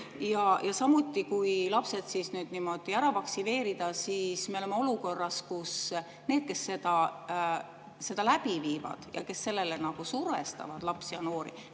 Ja samuti, kui lapsed nüüd niimoodi ära vaktsineerida, siis me oleme olukorras, kus need, kes seda läbi viivad ja kes sellele survestavad lapsi ja noori,